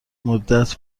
مدت